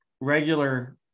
regular